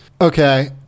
okay